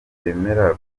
bemera